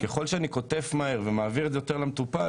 ככל שאני קוטף מהר ומעביר את זה למטופל,